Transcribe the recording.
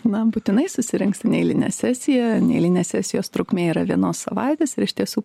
na būtinai susirinks į neeilinę sesiją neeilinės sesijos trukmė yra vienos savaitės ir iš tiesų